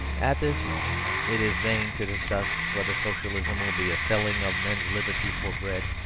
at this moment it is vain to discuss whether socialism will be a selling of men's liberty for bread.